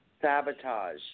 sabotage